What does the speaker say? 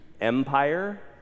Empire